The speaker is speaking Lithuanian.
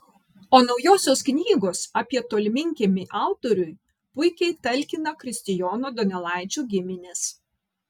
o naujosios knygos apie tolminkiemį autoriui puikiai talkina kristijono donelaičio giminės